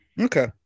okay